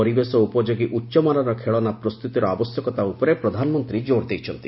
ପରିବେଶ ଉପଯୋଗୀ ଉଚ୍ଚମାନର ଖେଳନା ପ୍ରସ୍ତୁତିର ଆବଶ୍ୟକତା ଉପରେ ପ୍ରଧାନମନ୍ତ୍ରୀ କୋର୍ ଦେଇଛନ୍ତି